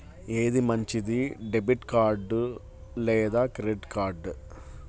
ఏది మంచిది, debit card లేదా క్రెడిట్ కార్డ్?